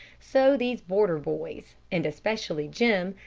so these border boys, and especially jim,